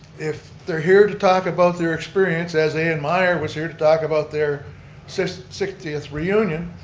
if they're hear to talk about their experience as an myer was here to talk about their so so sixtieth reunion,